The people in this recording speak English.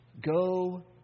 Go